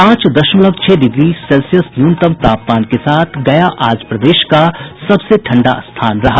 पांच दशमलव छह डिग्री सेल्सियस न्यूनतम तापमान के साथ गया आज प्रदेश का सबसे ठंडा स्थान रहा